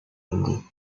lundi